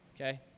okay